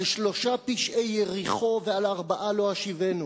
על שלושה פשעי יריחו ועל ארבעה לא אשיבנו,